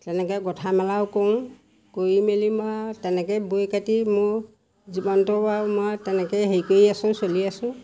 তেনেকে গোঁঠা মেলাও কৰোঁ কৰি মেলি মই তেনেকেই বৈ কাটি মোৰ জীৱনটো আৰু মই তেনেকেই হেৰি কৰি আছোঁ চলি আছোঁ